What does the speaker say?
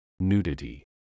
nudity